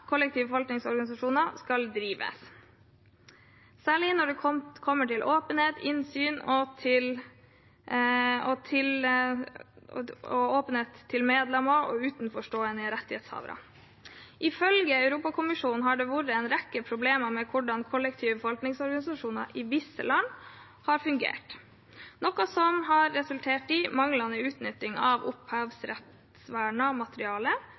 forvaltningsorganisasjoner skal drives, særlig når det kommer til åpenhet, innsyn og forholdet til medlemmer og utenforstående rettighetshavere. Ifølge Europakommisjonen har det vært en rekke problemer med hvordan kollektive forvaltningsorganisasjoner i visse land har fungert, noe som har resultert i manglende utnyttelse av opphavsrettslig vernet materiale